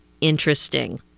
interesting